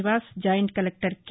Nivas joint collector K